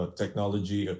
technology